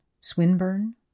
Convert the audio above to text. Swinburne